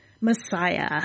messiah